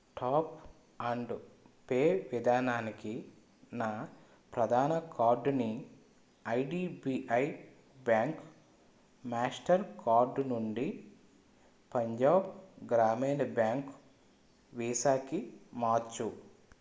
tap and pay విధానానికి నా ప్రధాన కార్డుని ఐడిబిఐ బ్యాంక్ మాస్టర్ కార్డు నుండి పంజాబ్ గ్రామీణ బ్యాంక్ వీసాకి మార్చు